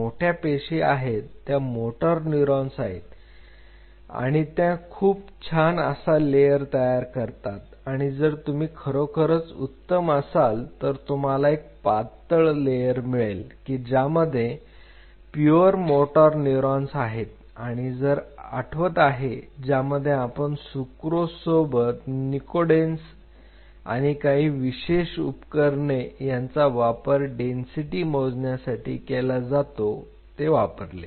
ज्या मोठ्या पेशी आहेत त्या मोटार न्यूट्रान्स आहेत आणि त्या खूप छान असा लेयर तयार करतात आणि जर तुम्ही खरोखरच उत्तम असाल तर तुम्हाला एक पातळ लेयर मिळेल की ज्यामध्ये प्युअर मोटार न्यूरॉन्स आहेत आणि जर आठवत आहे ज्या मध्ये आपण सुक्रोज सोबत नीकोडेन्झ आणि काही विशेष उपकरणे त्यांचा वापर डेन्सिटी मोजण्यासाठी केला जातो हे वापरले